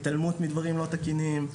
התעלמות מדברים לא תקינים,